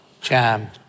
Jam